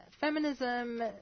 feminism